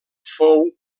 fou